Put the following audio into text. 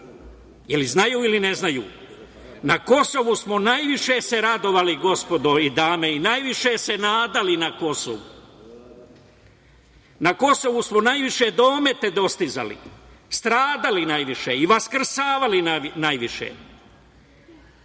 li znaju ili ne znaju? Na Kosovu smo najviše se radovali, dame i gospodo, i najviše se nadali na Kosovu. Na Kosovu smo najviše domete dostizali, stradali najviše i vaskrsavali najviše.